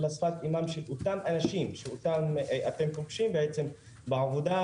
אלא שפת אמם של אותם אנשים שאותם אתם פוגשים בעצם בעבודה,